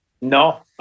No